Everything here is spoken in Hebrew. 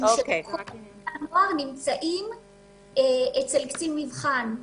משום שכל בני הנוער נמצאים אצל קצין מבחן.